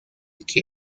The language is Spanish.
que